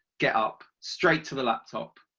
get up, straight to the laptop,